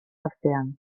artean